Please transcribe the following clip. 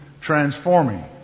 transforming